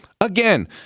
again